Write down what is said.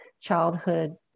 childhood